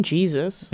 Jesus